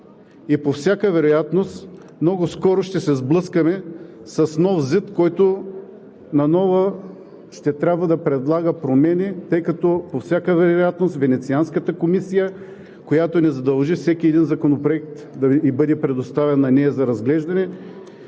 По всяка вероятност много скоро ще се сблъскаме с нов закон за изменение и допълнение, който наново ще трябва да предлага промени, тъй като по всяка вероятност Венецианската комисия, която ни задължи всеки един законопроект да ѝ бъде предоставен за разглеждане,